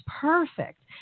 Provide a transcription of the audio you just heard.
perfect